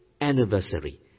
anniversary